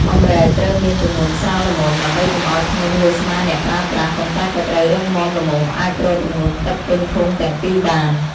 អម្រែកត្រូវមានទម្ងន់ស្រាលល្មម ដើម្បីកុំឱ្យធ្ងន់លើស្មាអ្នកប្រើប្រាស់ ប៉ុន្តែក៏ត្រូវរឹងមាំល្មមអាចទ្រទម្ងន់ទឹកពេញធុងទាំងពីរបាន។